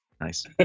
Nice